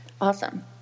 Awesome